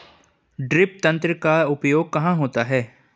Drip तंत्र का उपयोग कहाँ होता है?